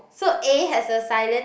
so A has a silent